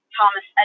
Thomas